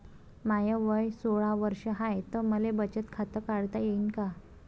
माय वय सोळा वर्ष हाय त मले बचत खात काढता येईन का?